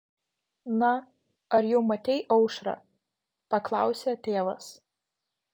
na ar jau matei aušrą paklausė tėvas